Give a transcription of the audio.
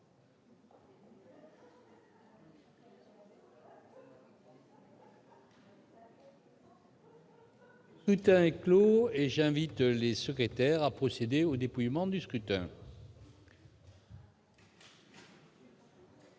Le scrutin est clos. J'invite Mmes et MM. les secrétaires à procéder au dépouillement du scrutin.